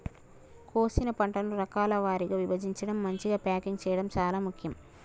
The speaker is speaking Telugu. కోసిన పంటను రకాల వారీగా విభజించడం, మంచిగ ప్యాకింగ్ చేయడం చాలా ముఖ్యం